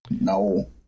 No